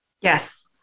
Yes